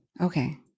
Okay